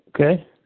okay